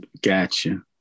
gotcha